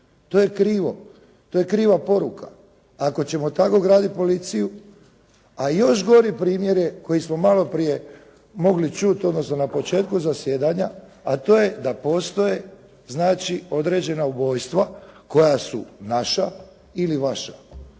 to je krivo, to je kriva poruka. Ako ćemo tako graditi policiju, a i još gori primjer je koji smo malo prije mogli čuti, odnosno na početku zasjedanja, a to je da postoje znači određena ubojstva koja su naša ili vaša.